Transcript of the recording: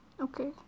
Okay